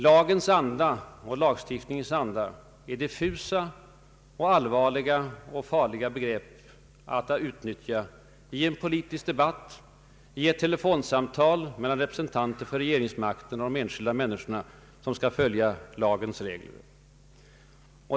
Lagens ”anda” och lagstiftningens ”anda” är diffusa, allvarliga och farliga begrepp lätta att utnyttja i politiska debatter eller vid telefonsamtal mellan representanter för regeringsmakten och de enskilda människor som skall följa lagen.